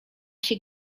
się